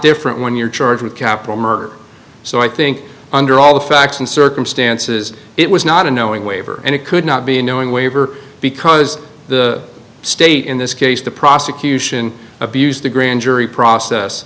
different when you're charged with capital murder so i think under all the facts and circumstances it was not a knowing waiver and it could not be a knowing waiver because the state in this case the prosecution abuse the grand jury process